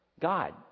God